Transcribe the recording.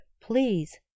Please